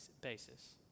basis